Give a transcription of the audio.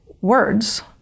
words